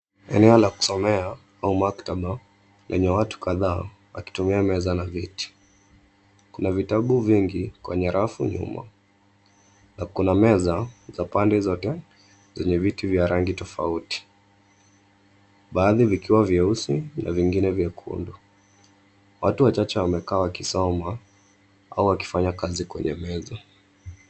Eneo la kusomea au maktaba lenye watu kadhaa wakitumia meza na viti. Kuna vitabu vingi kwenye rafu nyuma na kuna meza za pande zote zenye viti vya rangi tofauti, baadhi vikiwa vyeusi na vingine vyekundu. Watu wachache wamekaa wakisoma au wakifanya kazi kwenye meza.